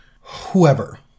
whoever